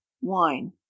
Wine